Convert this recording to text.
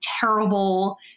terrible